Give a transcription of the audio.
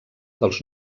dels